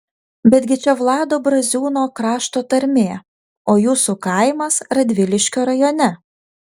betgi čia vlado braziūno krašto tarmė o jūsų kaimas radviliškio rajone